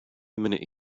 minute